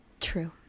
True